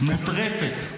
מוטרפת.